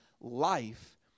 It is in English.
life